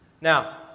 Now